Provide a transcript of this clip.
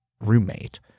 roommate